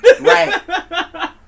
Right